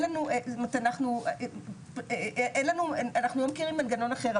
אנחנו לא מכירים מנגנון אחר,